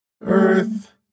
Earth